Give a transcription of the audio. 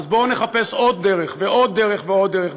אז בואו נחפש עוד דרך, ועוד דרך ועוד דרך.